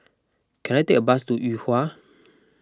can I take a bus to Yuhua